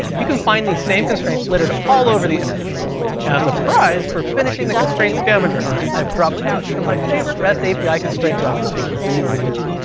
you can find these same constraints littered all over the internet as a prize for finishing the constraint scavenger hunt, i've dropped links to my favorite rest api constraint documentation for you to lean on.